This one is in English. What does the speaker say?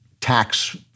tax